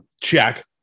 check